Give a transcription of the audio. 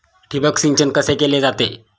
ठिबक सिंचन कसे केले जाते?